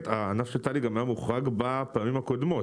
הענף של טלי היה מוחרג גם בפעמים הקודמות,